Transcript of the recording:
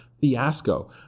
Fiasco